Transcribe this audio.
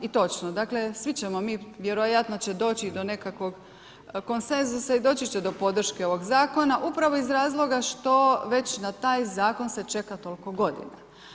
I točno, dakle svi ćemo mi, vjerojatno će doći do nekakvog konsenzusa i doći će do podrške ovog zakona upravo iz razloga što već na taj zakon se čeka toliko godina.